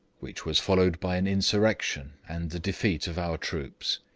which was followed by an insurrection, and the defeat of our troops.